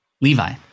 Levi